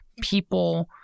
people